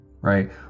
right